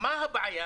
מה הבעיה